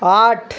आठ